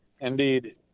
Indeed